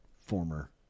former